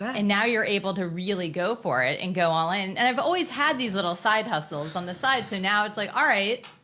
and now you're able to really go for it and go all in. and i've always had these little side hustles on the side. so now it's like, alright,